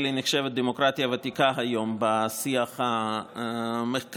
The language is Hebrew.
נחשבת דמוקרטיה ותיקה היום בשיח המחקרי,